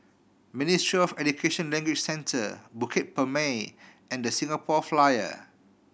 Ministry of Education Language Centre Bukit Purmei and Singapore Flyer